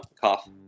cough